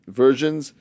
versions